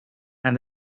and